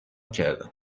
کردم